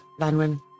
Lanwin